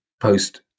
post